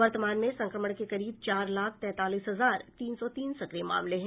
वर्तमान में संक्रमण के करीब चार लाख तैंतालीस हजार तीन सौ तीन सक्रिय मामले है